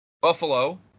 Buffalo